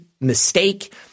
mistake